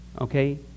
Okay